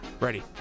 Ready